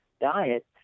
diet